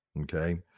okay